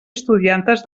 estudiantes